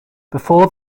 before